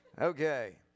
okay